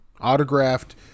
autographed